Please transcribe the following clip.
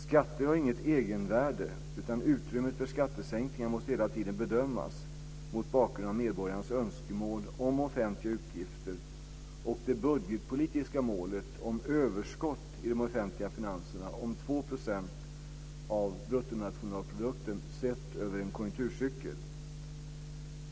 Skatter har inget egenvärde, utan utrymmet för skattesänkningar måste hela tiden bedömas mot bakgrund av medborgarnas önskemål om offentliga utgifter och det budgetpolitiska målet om överskott i de offentliga finanserna om 2 % av bruttonationalprodukten sett över en konjunkturcykel.